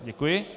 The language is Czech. Děkuji.